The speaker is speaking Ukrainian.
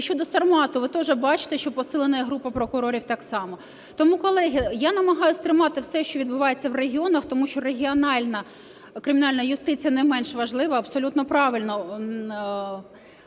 І щодо "Сармату" ви теж бачте, що посилено групу прокурорів так само. Тому, колеги, я намагаюсь тримати все, що відбувається в регіонах, тому що регіональна кримінальна юстиція не менш важлива, абсолютно правильно.